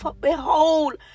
behold